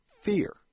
fear